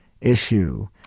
issue